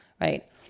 right